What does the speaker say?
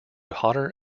hotter